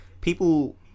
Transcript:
People